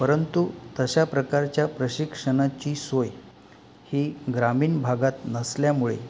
परंतु तशा प्रकारच्या प्रशिक्षणाची सोय ही ग्रामीण भागात नसल्यामुळे